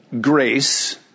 grace